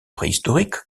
préhistoriques